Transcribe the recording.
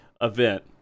event